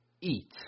eat